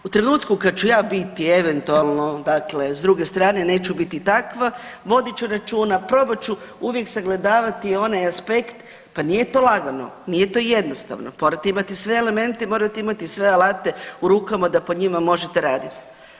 U trenutku kad ću ja biti eventualno dakle s druge strane, neću biti takva, vodit ću računa, probat ću uvijek sagledavati onaj aspekt, pa nije to lagano, nije to jednostavno, morate imati sve elemente i morate imati sve alate u rukama da po njima možete raditi.